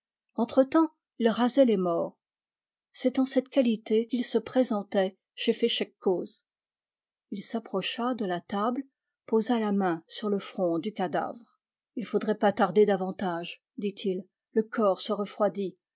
temps il rasait les morts c'est en cette qualité qu'il se présentait chez féchec coz il s'approcha de la table posa la main sur le front du cadavre il ne faudrait pas tarder davantage dit-il le corps se refroidit